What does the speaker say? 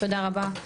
תודה רבה,